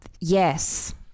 yes